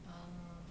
err